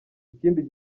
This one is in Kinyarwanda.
ikindi